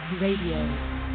Radio